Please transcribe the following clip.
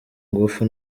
ngufu